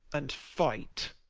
and fight.